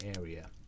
area